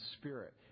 spirit